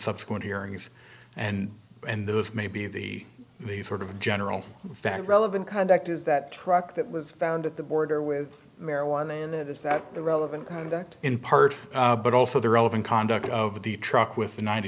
subsequent hearings and and those may be the the sort of general fact relevant conduct is that truck that was found at the border with marijuana in it is that the relevant conduct in part but also the relevant conduct of the truck with ninety